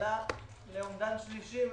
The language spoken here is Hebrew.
עלה לאומדן שלישי מעודכן.